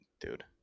dude